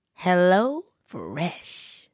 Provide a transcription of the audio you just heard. HelloFresh